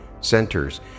centers